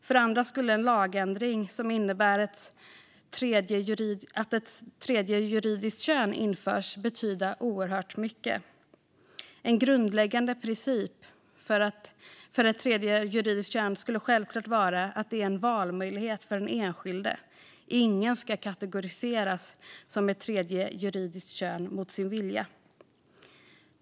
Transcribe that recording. För andra skulle en lagändring som innebar att ett tredje juridiskt kön infördes betyda oerhört mycket. En grundläggande princip för ett tredje juridiskt kön skulle självklart vara att det är en valmöjlighet för den enskilde. Ingen ska kategoriseras som ett tredje juridiskt kön mot sin vilja.